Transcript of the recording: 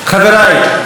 חבריי,